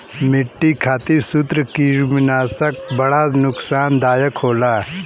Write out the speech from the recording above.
मट्टी खातिर सूत्रकृमिनाशक बड़ा नुकसानदायक होला